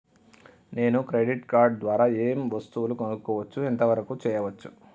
నేను credit card ద్వారా ఏం వస్తువులు కొనుక్కోవచ్చు ఎంత వరకు చేయవచ్చు?